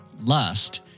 lust